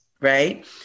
Right